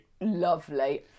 lovely